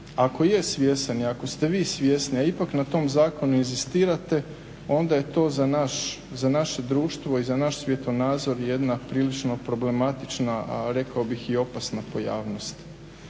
Ako je svjestan i ako ste vi svjesni, a ipak na tom zakonu inzistirate onda je to za naše društvo i za naš svjetonazor jedna prilično problematična, a rekao bih i opasna pojavnost.